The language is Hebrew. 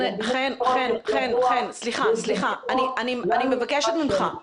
סליחה, אני מבקשת ממך.